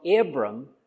Abram